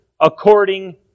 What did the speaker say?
according